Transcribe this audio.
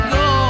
go